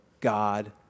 God